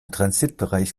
transitbereich